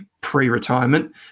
pre-retirement